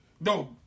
No